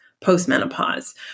post-menopause